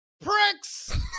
pricks